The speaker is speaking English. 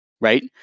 Right